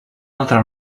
altre